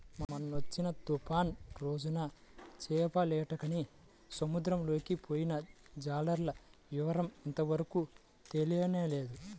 మొన్నొచ్చిన తుఫాను రోజున చేపలేటకని సముద్రంలోకి పొయ్యిన జాలర్ల వివరం ఇంతవరకు తెలియనేలేదు